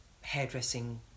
hairdressing